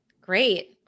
Great